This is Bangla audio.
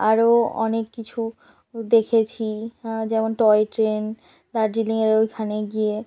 আরও অনেক কিছু দেখেছি যেমন টয় ট্রেন দার্জিলিংয়ের ওইখানে গিয়ে